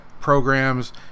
programs